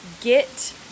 get